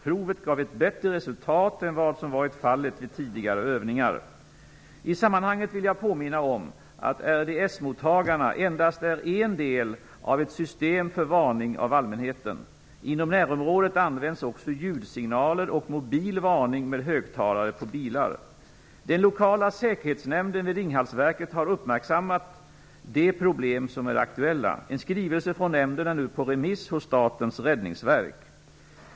Provet gav ett bättre resultat än vad som varit fallet vid tidigare övningar. I sammanhanget vill jag påminna om att RDS mottagarna endast är en del av ett system för varning av allmänheten. Inom närområdet används också ljudsignaler och mobil varning med högtalare på bilar. Den lokala säkerhetsnämnden vid Ringhalsverket har uppmärksammat de problem som är aktuella. En skrivelse från nämnden är nu på remiss hos Statens räddningsverk.